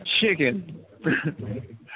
Chicken